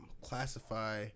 classify